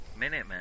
Minuteman